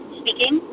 speaking